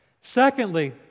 Secondly